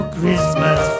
Christmas